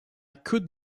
could